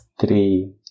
three